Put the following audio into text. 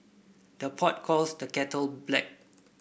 the pot calls the kettle black